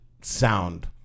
sound